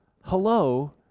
hello